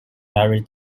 marry